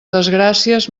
desgràcies